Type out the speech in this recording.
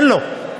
אין לו.